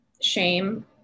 shame